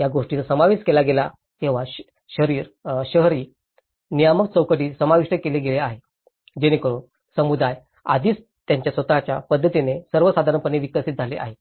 या गोष्टींचा समावेश केला गेला आहे तेव्हा शहरी नियामक चौकट समाविष्ट केले गेले आहेत जेणेकरून समुदाय आधीच त्यांच्या स्वत च्या पद्धतीने सर्वसाधारणपणे विकसित झाले आहेत